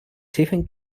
tiffin